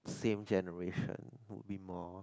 same generation would be more